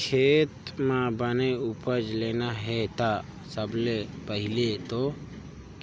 खेत म बने उपज लेना हे ता सबले पहिले तो